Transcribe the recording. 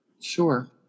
Sure